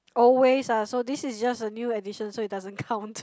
always ah so this is just a new edition so it doesn't count